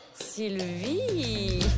Sylvie